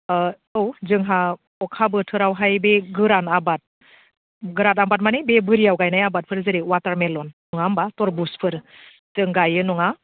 औ जोंहा अखा बोथोरावहाय बे गोरान आबाद गोरान आबाद माने बे बोरियाव गायनाय आबादफोर जेरै वाटारमेलन नङा होनबा तरबुजफोर जों गायो नङा